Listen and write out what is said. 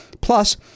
plus